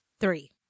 Three